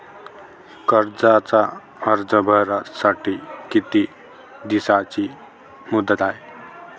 कर्जाचा अर्ज भरासाठी किती दिसाची मुदत हाय?